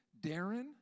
Darren